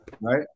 right